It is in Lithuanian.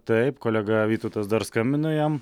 taip kolega vytautas dar skambina jam